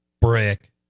brick